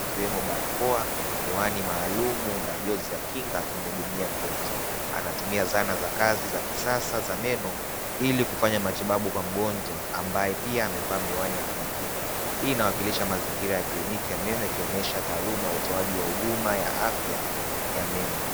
ikiwemo barakoa na glavu, miwani maalumu na jozi za kinga. Akimuhudumia mgonjwa, anatumia zana za kisasa za meno ili kufanya matibabu kwa mgonjwa aliyevaa miwani ya kujikinga. Hii inawakilisha mazingira ya kriniki ya taaluma ya afya inayotoa huduma ya meno.